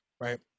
Right